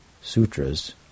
sutras